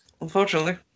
unfortunately